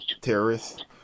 terrorists